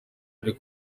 ari